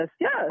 yes